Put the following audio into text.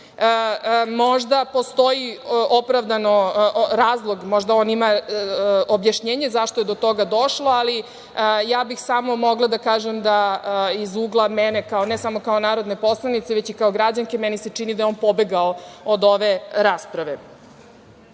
Možda postoji opravdani razlog, možda on ima objašnjenje zašto je do toga došlo, ali, ja bih samo mogla da kažem da iz ugla mene, ne samo kao narodne poslanice već i kao građanke, meni se čini da je on pobegao od ove rasprave. Imam